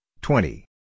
twenty